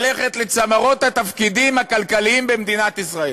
ללכת לצמרות התפקידים הכלכליים במדינת ישראל.